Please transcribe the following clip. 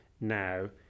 now